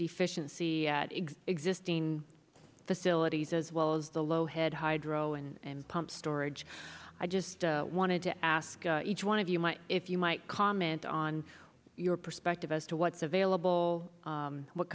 efficiency at existing facilities as well as the low head hydro and pump storage i just wanted to ask each one of you might if you might comment on your perspective as to what's available what